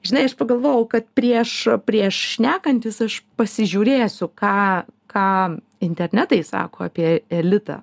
žinai aš pagalvojau kad prieš prieš šnekantis aš pasižiūrėsiu ką ką internetai sako apie elitą